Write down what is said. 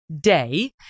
day